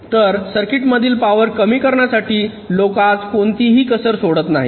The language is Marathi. तर सर्किटमधील पावर कमी करण्यासाठी लोक आज कोणतीही कसर सोडत नाहीत